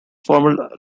former